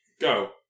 Go